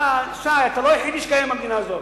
אתה, שי, אתה לא היחידי שקיים במדינה הזאת.